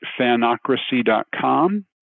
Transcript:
fanocracy.com